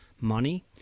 money